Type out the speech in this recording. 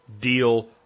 deal